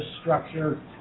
structure